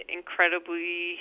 incredibly